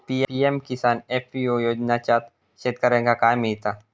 PM Kisan FPO योजनाच्यात शेतकऱ्यांका काय मिळता?